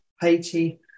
Haiti